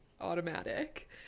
automatic